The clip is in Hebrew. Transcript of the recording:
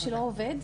זה גוף שלא עובד?